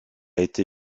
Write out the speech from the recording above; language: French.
été